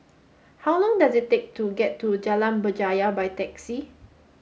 how long does it take to get to Jalan Berjaya by taxi